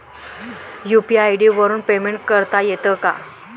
UPI वरून payment करता येते का?